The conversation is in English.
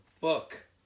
book